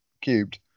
cubed